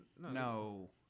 No